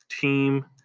team